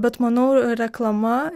bet manau reklama